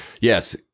yes